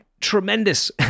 tremendous